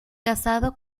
casado